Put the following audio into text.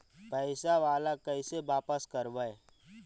पैसा बाला कैसे बापस करबय?